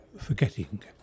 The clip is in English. forgetting